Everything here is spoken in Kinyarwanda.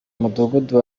umudugudu